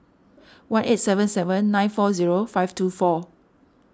one eight seven seven nine four zero five two four